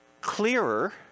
clearer